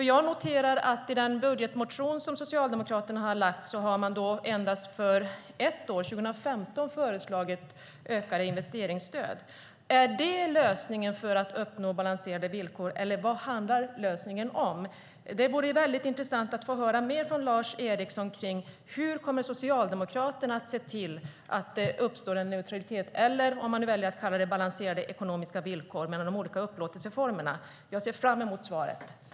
Jag noterar att i den budgetmotion som Socialdemokraterna har lagt har man föreslagit ökade investeringsstöd för endast ett år, 2015. Är det lösningen för att uppnå balanserade villkor, eller vad handlar lösningen om? Det vore intressant att få höra mer från Lars Eriksson kring hur Socialdemokraterna kommer att se till att det uppstår neutralitet, eller om man nu väljer att kalla det balanserade ekonomiska villkor mellan de olika upplåtelseformerna. Jag ser fram emot svaret.